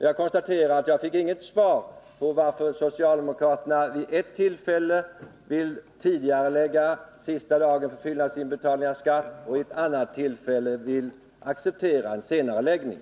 Jag konstaterar att jag inte fick något svar på varför socialdemokraterna vid ett tillfälle vill tidigarelägga sista dagen för fyllnadsinbetalning av skatt och vid ett annat tillfälle accepterar en senareläggning.